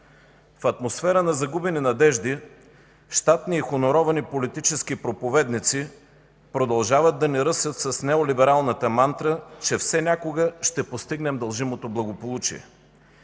В атмосфера на загубени надежди щатни и хонорувани политически проповедници продължават да ни ръсят с неолибералната мантра, че все някога ще постигнем дължимото благополучие.